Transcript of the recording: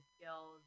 skills